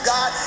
God